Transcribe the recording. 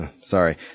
sorry